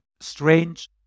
strange